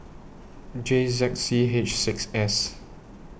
J Z C H six S